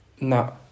No